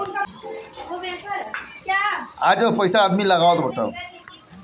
large cap fund उ fund होत बाटे जेमे लोग आपन पईसा के बड़ बजार अउरी बड़ कंपनी में लगावत बाटे